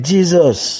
Jesus